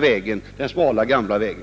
begränsas på den gamla vägen.